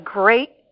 great